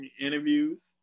interviews